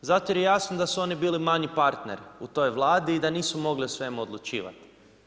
Zato jer je jasno da su oni bili manji partner u toj Vladi i da nisu mogli o svemu odlučivat.